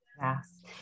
Yes